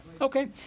Okay